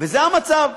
וזה המצב.